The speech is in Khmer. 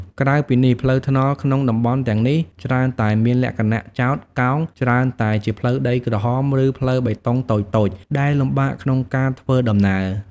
ក្រៅពីនេះ ផ្លូវថ្នល់ក្នុងតំបន់ទាំងនេះ ច្រើនតែមានលក្ខណៈចោត កោង ច្រើនតែជាផ្លូវដីក្រហម ឬផ្លូវបេតុងតូចៗ ដែលលំបាកក្នុងការធ្វើដំណើរ។